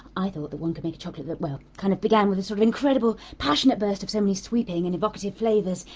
i thought that one could make a chocolate that, well, kind of began with this sort of incredible passionate burst of so many sweeping and evocative flavours,